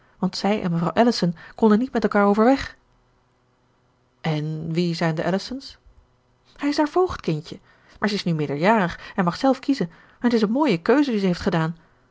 want zij en mevrouw ellison konden niet met elkaar overweg en wie zijn de ellisons hij is haar voogd kindje maar ze is nu meerderjarig en mag zelf kiezen en t is een mooie keuze die ze heeft gedaan